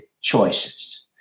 choices